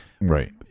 Right